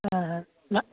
నా